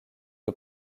que